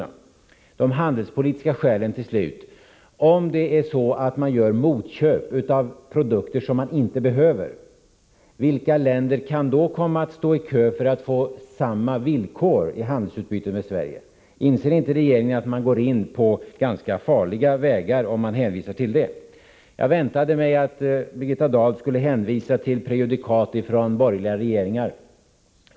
Slutligen de handelspolitiska skälen: Om det är så att Sverige gör motköp av produkter som vi inte behöver, vilka länder kan då komma att stå i kö för att få samma villkor i handelsutbytet med Sverige? Inser inte regeringen att man går in på ganska farliga vägar om några länder skulle hänvisa till detta? Jag väntade mig att Birgitta Dahl skulle hänvisa till prejudikatet från borgerliga regeringar.